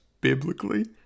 biblically